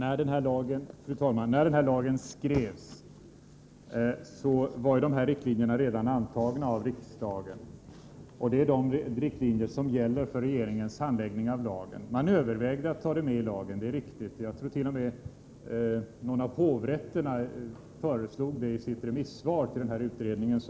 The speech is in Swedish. Fru talman! När denna lag skrevs var riktlinjerna redan antagna av riksdagen. Dessa riktlinjer gäller för regeringens handläggning av lagen. Man övervägde att ta med det i lagtexten — jag tror t.o.m. att någon av hovrätterna föreslog det i sitt remissvar till utredningen.